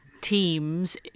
teams